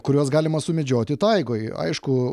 kuriuos galima sumedžioti taigoj aišku